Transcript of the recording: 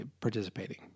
participating